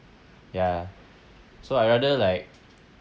ya so I'd rather like